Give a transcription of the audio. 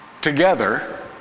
together